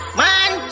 man